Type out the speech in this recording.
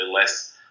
less